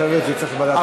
אחרת זה צריך ועדת כנסת,